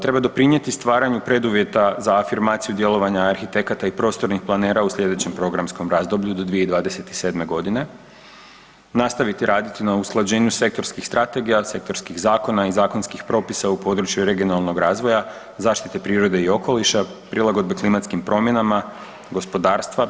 Treba doprinijeti stvaranju preduvjeta za afirmaciju djelovanja arhitekata i prostornih planera u sljedećem programskom razdoblju do 2027.g., nastaviti raditi na usklađenju sektorskih strategija, sektorskih zakona i zakonskih propisa u području regionalnog razvoja, zaštite prirode i okoliša, prilagodbe klimatskim promjenama, gospodarstva.